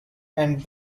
and